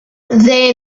they